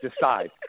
decide